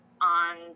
on